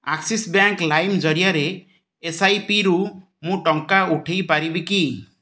Axis bank ଲାଇମ୍ ଜରିଆରେ ଏସ୍ଆଇପିରୁ ମୁଁ ଟଙ୍କା ଉଠେଇ ପାରିବି କି